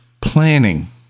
planning